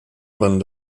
man